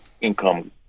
income